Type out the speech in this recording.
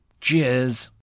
Cheers